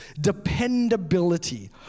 dependability